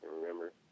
remember